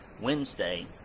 wednesday